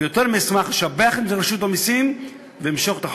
ויותר אשמח לשבח את רשות המסים ואמשוך את החוק.